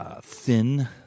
thin